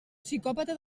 psicòpata